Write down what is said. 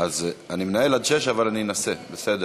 אני מנהל עד 18:00, אבל אני אנסה, בסדר.